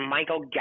Michael